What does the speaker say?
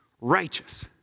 righteous